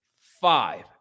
five